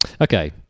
Okay